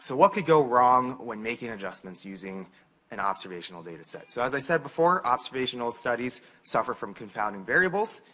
so what could go wrong when making adjustments using an observational data set. so as i said before, observational studies suffer from compounding variables,